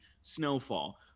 snowfall